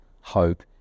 hope